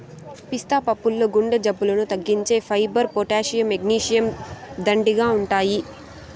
పిస్తా పప్పుల్లో గుండె జబ్బులను తగ్గించే ఫైబర్, పొటాషియం, మెగ్నీషియం, దండిగా ఉన్నాయి